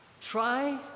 Try